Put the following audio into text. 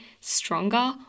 stronger